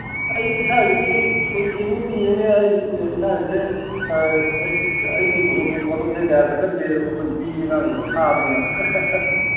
ꯑꯩ ꯏꯁꯥꯒꯤꯗꯤ ꯑꯩꯈꯣꯏ ꯌꯦꯡꯕꯨꯗꯤ ꯌꯦꯡꯅꯤ ꯑꯩ ꯏꯁꯥꯒꯤꯁꯦ ꯑꯩꯒꯤ ꯊꯧꯗꯣꯛ ꯋꯥꯊꯣꯛꯁꯦ ꯀꯌꯥ ꯆꯠꯀꯟꯗꯦ ꯑꯩꯈꯣꯏ ꯅꯨꯄꯤ ꯑꯉꯥꯡ ꯑꯣꯏ ꯊꯥꯕꯅꯤꯅ